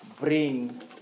bring